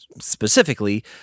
specifically